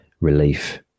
relief